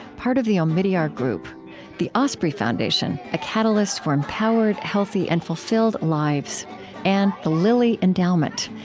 part of the omidyar group the osprey foundation a catalyst for empowered, healthy, and fulfilled lives and the lilly endowment,